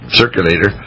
circulator